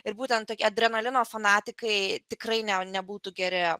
ir būtent tokia adrenalino fanatikai tikrai nebūtų geri